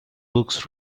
books